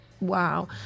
wow